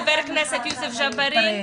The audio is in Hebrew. חבר הכנסת יוסף ג'בארין,